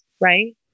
right